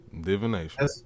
divination